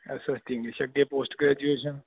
S S T English ਅੱਗੇ post graduation